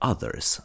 Others